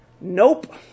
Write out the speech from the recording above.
Nope